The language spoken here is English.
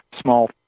small